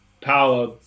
power